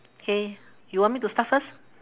K you want me to start first